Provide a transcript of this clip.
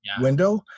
window